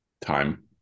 time